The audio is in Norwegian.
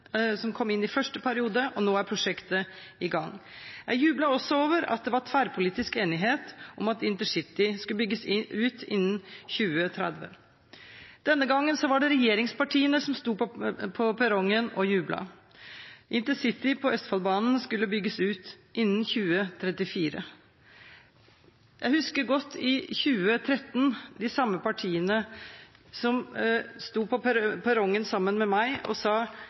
som kom inn i første periode, og nå er prosjektet i gang. Jeg jublet også over at det var tverrpolitisk enighet om at intercity skulle bygges ut innen 2030. Denne gangen var det regjeringspartiene som sto på perrongen og jublet. Intercity på Østfoldbanen skulle bygges ut innen 2034. Jeg husker godt at i 2013 sto de samme partiene på perrongen sammen med meg og sa